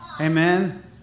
Amen